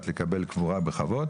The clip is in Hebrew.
אתה מקבל את המומחיות ברפואה משפטית.